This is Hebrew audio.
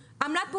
אמר לי בפגישה.